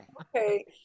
Okay